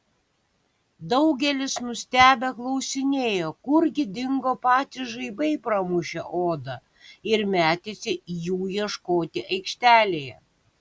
daugelis nustebę klausinėjo kurgi dingo patys žaibai pramušę odą ir metėsi jų ieškoti aikštelėje